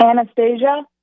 Anastasia